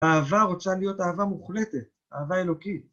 אהבה רוצה להיות אהבה מוחלטת, אהבה אלוקית.